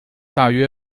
大约